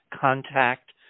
contact